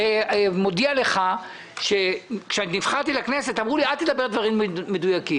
אני מודיע לך שכאשר נבחרתי לכנסת אמרו לי: אל תדבר דברים מדויקים.